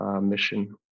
mission